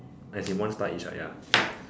as in like one star each ya